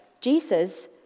Jesus